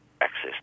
access